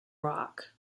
rock